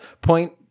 point